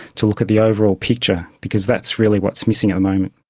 to look at the overall picture, because that's really what's missing at the moment.